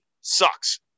sucks